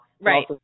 Right